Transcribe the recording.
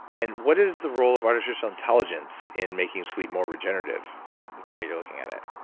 and what is the role of artificial intelligence in making sleep more regenerative in the way you're looking at it?